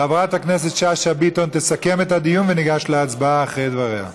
חברת הכנסת שאשא ביטון תסכם את הדיון וניגש להצבעה אחרי דבריה.